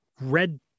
red